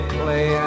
play